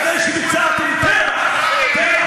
אחרי שביצעתם טבח בכפר-קאסם,